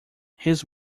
his